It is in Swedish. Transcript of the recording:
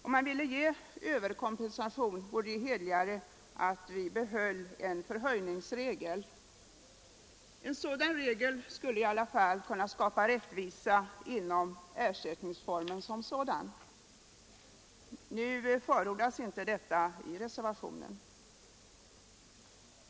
Om man ville ge överkompensation vore det hederligare att behålla en förhöjningsregel. En sådan regel skulle i alla fall kunna skapa rättvisa inom ersättningsformen som sådan. Nu förordas inte detta i reservationen.